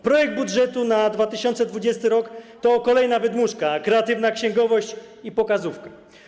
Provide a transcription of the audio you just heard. Projekt budżetu na 2020 r. to kolejna wydmuszka, kreatywna księgowość i pokazówka.